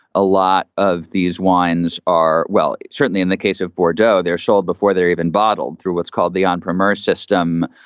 a lot of these wines are well, certainly in the case of bordeaux. they're sold before they're even bottled through what's called the on palmyra's system.